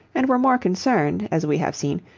and were more concerned, as we have seen,